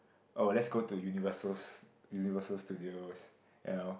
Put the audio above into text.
oh let's go to Universal st~ Universal Studios ya